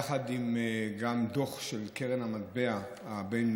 יחד עם דוח של קרן המטבע הבין-לאומית,